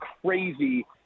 crazy